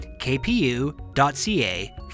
kpu.ca